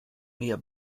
mehr